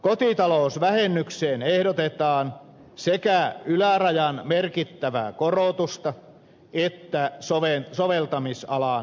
kotitalousvähennykseen ehdotetaan sekä ylärajan merkittävää korotusta että soveltamisalan laajennusta